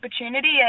opportunity